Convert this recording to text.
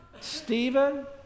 Stephen